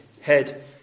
head